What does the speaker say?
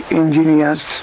engineers